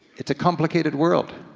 it's a complicated world,